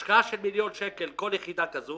אחרי השקעה של מיליון בכל יחידה כזאת